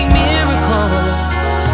miracles